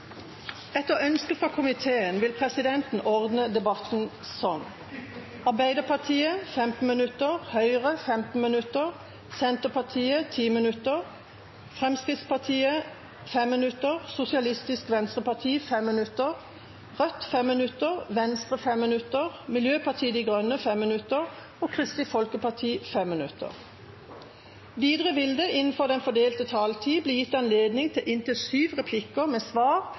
vil presidenten ordne debatten slik: Arbeiderpartiet 15 minutter, Høyre 15 minutter, Senterpartiet 10 minutter, Fremskrittspartiet 5 minutter, Sosialistisk Venstreparti 5 minutter, Rødt 5 minutter, Venstre 5 minutter, Miljøpartiet De Grønne 5 minutter og Kristelig Folkeparti 5 minutter. Videre vil det – innenfor den fordelte taletid – bli gitt anledning til inntil syv replikker med svar